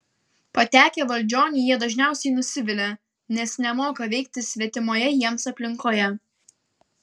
patekę valdžion jie dažniausiai nusivilia nes nemoka veikti svetimoje jiems aplinkoje